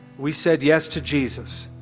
we said yes to jesus.